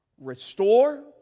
restore